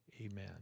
Amen